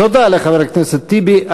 תודה לחבר הכנסת טיבי.